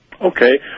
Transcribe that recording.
Okay